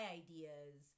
ideas